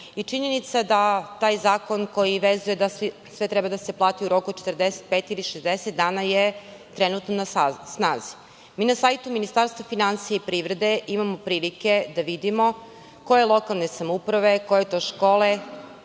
Činjenica je da je taj zakon koji obavezuje da sve treba da se plati u roku od 45 i 60 dana trenutno na snazi. Mi na sajtu Ministarstva finansija i privrede imamo prilike da vidimo koje lokalne samouprave, koje škole,